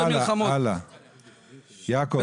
הלאה, יעקב.